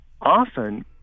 Often